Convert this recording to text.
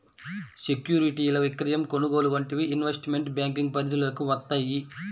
సెక్యూరిటీల విక్రయం, కొనుగోలు వంటివి ఇన్వెస్ట్మెంట్ బ్యేంకింగ్ పరిధిలోకి వత్తయ్యి